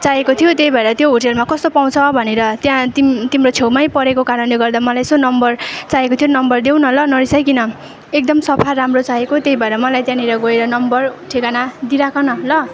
चाहिएको थियो त्यही भएर त्यो होटलमा कस्तो पाउँछ भनेर त्यहाँ तिम् तिम्रो छेउमै परेको कारणले गर्दा मलाई यसो नम्बर चाहिएको थियो नम्बर देउ न ल नरिसाइकन एकदम सफा राम्रो चाहिएको त्यही भएर मलाई त्यहाँनिर गएर नम्बर ठेगाना दिइराख न ल